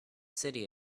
city